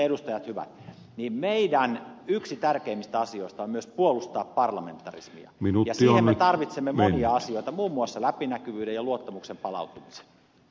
mutta sitten edustajat hyvät meidän yksi tärkeimmistä asioista on myös puolustaa parlamentarismia ja siihen me tarvitsemme monia asioita muun muassa läpinäkyvyyden ja luottamuksen palautumisen